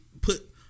put